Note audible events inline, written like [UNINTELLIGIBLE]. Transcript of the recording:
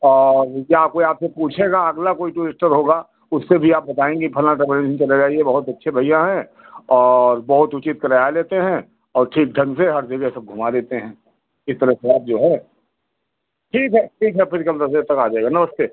और या कोई आपसे पूछेगा अगला कोई टूरिस्टर होगा उससे भी आप बताएँगी फलाँ [UNINTELLIGIBLE] चले जाइए बहोत अच्छे भैया हैं और बहुत उचित किराया लेते हैं और ठीक ढंग से हर जगह सब घुमा देते हैं इस तरह से आप जो है ठीक है ठीक है फिर कल दस बजे तक आ जाइएगा नमस्ते